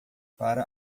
para